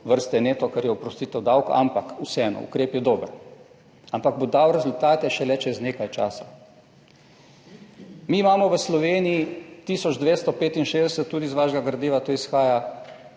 vrste neto, kar je oprostitev davka, ampak vseeno, ukrep je dober, ampak bo dal rezultate šele čez nekaj časa. Mi imamo v Sloveniji tisoč 265, tudi iz vašega gradiva to izhaja,